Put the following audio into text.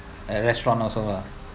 the restaurant also ah